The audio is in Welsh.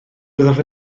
byddaf